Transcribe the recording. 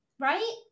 right